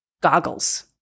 goggles